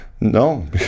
No